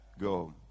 Go